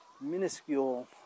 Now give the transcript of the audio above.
minuscule